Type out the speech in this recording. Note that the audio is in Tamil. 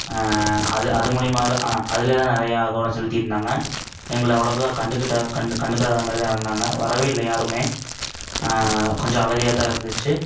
அது அது மூலமாக ஆ அதிலே தான் நிறையா கவனம் செலுத்தி இருந்தாங்க எங்களை அவ்வளோக்கும் கண்டுக்கிட்ட கண்டு கண்டுக்காத மாதிரி தான் இருந்தாங்க வரவே இல்லை யாருமே கொஞ்சம் அவதியாக தான் இருந்துச்சு